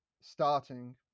starting